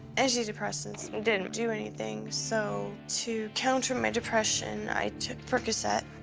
anti-depressants didn't do anything, so to counter my depression, i took percocet.